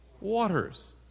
Waters